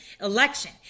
election